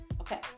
okay